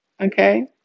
okay